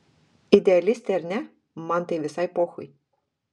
idealistė ar ne man tai visai pochui